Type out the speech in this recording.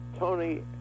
Tony